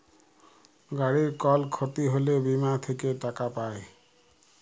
গাড়ির কল ক্ষতি হ্যলে বীমা থেক্যে টাকা পায়